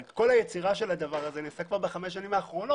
אבל כל היצירה של הדבר הזה נעשתה כבר בחמש השנים האחרונות,